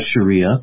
Sharia